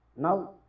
Now